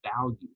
value